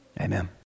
Amen